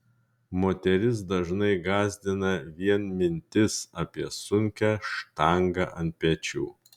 moteris dažnai gąsdina vien mintis apie sunkią štangą ant pečių